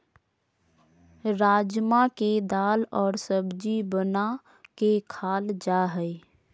राजमा के दाल और सब्जी बना के खाल जा हइ